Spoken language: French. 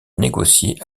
négocier